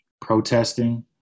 protesting